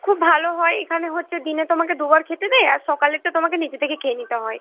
খুব ভালো হয় এখানে হচ্ছে দিনে তোমাকে দুবার খেতে দেয় আর সকালেরটা তোমাকে নিজে থেকে খেয়ে নিতে হয়